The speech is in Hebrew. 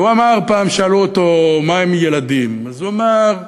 פעם שאלו אותו מה הם ילדים, הוא אמר: